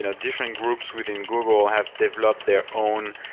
you know different groups within google have developed their own